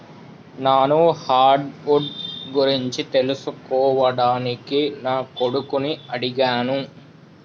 నాను hardwood గురించి తెలుసుకోవడానికి నా కొడుకుని అడిగాను